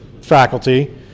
faculty